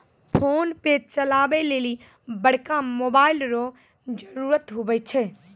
PhonePe चलबै लेली बड़का मोबाइल रो जरुरत हुवै छै